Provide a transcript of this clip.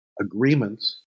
agreements